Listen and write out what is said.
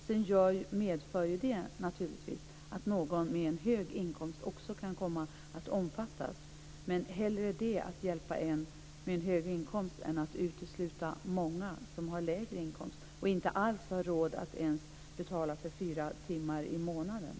Sedan medför det naturligtvis att någon med en hög inkomst också kan komma att omfattas. Men vi vill hellre hjälpa någon med en högre inkomst än att utesluta många som har lägre inkomst och inte alls har råd att ens betala för fyra timmar i månaden.